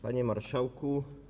Panie Marszałku!